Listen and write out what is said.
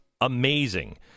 amazing